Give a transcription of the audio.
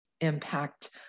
impact